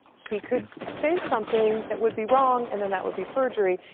he could say something that would be wrong, and then that would be perjury.